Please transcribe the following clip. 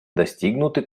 достигнуты